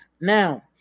Now